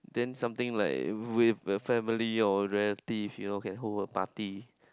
then something like with the family or relative you know can hold apart